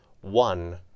One